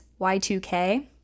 y2k